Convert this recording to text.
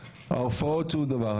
ההופעות, שום דבר.